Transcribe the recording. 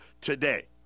today